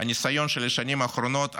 הניסיון של השנים האחרונות,